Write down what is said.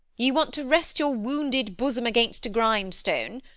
you want to rest your wounded bosom against a grindstone.